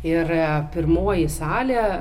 ir pirmoji salė